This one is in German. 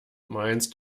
meinst